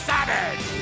Savage